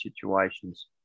situations